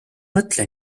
mõtle